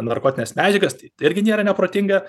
narkotines medžiagas tai irgi nėra neprotinga